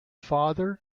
father